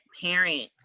parents